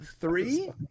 three